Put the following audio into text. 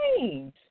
change